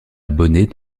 abonnés